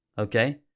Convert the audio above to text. okay